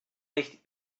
nicht